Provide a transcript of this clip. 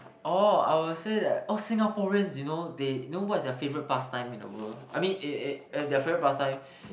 orh I would say that oh Singaporeans you know they you know what is their favorite past time in the world I mean it it their favorite past time